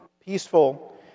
peaceful